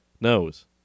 knows